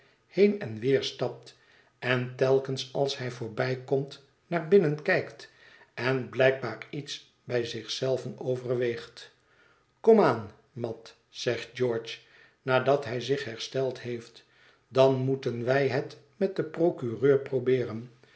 heen en weer stapt en telkens als hij voorbijkomt naar binnen kijkt en blijkbaar iets bij zich zelven overweegt kom aan mat zegt george nadat hij zich hersteld heeft dan moeten wij het met den procureur probeeren